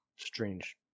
Strange